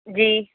جی